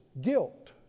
guilt